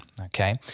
Okay